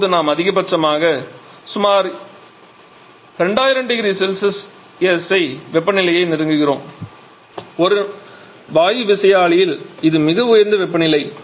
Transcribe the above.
இப்போது நாம் அதிகபட்சமாக சுமார் 2000 0C வெப்பநிலையை நெருங்குகிறோம் ஒரு வாயு விசையாழியில் இது மிக உயர்ந்த வெப்பநிலை